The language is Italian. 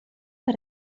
per